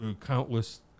countless